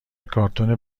کارتون